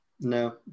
no